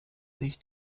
sich